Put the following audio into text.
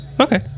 Okay